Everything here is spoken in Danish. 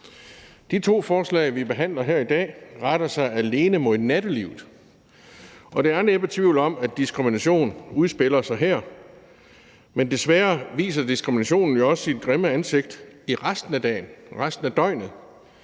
De to forslag, vi behandler her i dag, retter sig alene mod nattelivet, og der er næppe tvivl om, at diskrimination udspiller sig her, men desværre viser diskriminationen jo også sit grimme ansigt i resten af døgnet, netop i skolen,